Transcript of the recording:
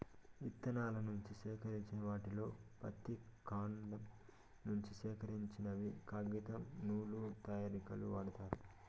ఇత్తనాల నుంచి సేకరించిన వాటిలో పత్తి, కాండం నుంచి సేకరించినవి కాగితం, నూలు తయారీకు వాడతారు